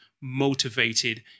motivated